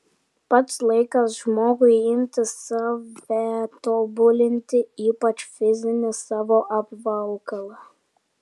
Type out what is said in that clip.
pats laikas žmogui imtis save tobulinti ypač fizinį savo apvalkalą